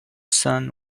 sun